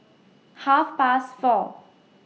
Half Past four